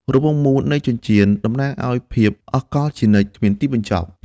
រង្វង់មូលនៃចិញ្ចៀនតំណាងឱ្យភាពអស់កល្បជានិច្ច គ្មានទីបញ្ចប់។